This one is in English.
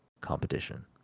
competition